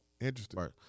interesting